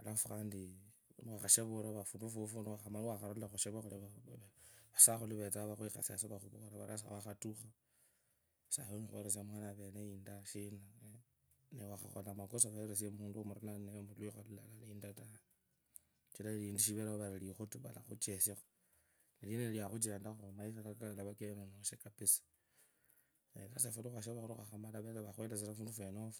alafu ufundi niwakhasula khushavwa khuno vasa khuli vetsenga vakhwakhasie yasi vakhuvurere vari wakhatukha sai onyaki waeresia mukhana anyolee yinda shina newakhakhola makero weresia muntu wamurula ninaye mwikhoo yinda taa sichira shindu shivereo vori likhutu valakhutsa lakho lineno lwakhuchendaku maisha kaka kalave.